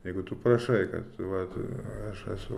jeigu tu prašai kad vat aš esu